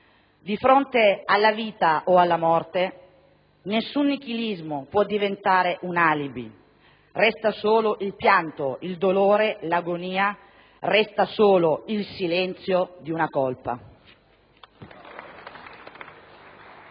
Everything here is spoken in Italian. Di fronte alla vita e alla morte, nessun nichilismo può diventare un alibi. Resta solo il pianto, il dolore, 1'agonia. Resta solo il silenzio di una colpa.